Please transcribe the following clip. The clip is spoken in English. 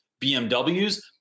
BMWs